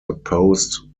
opposed